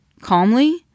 calmly